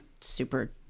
super